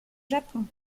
japon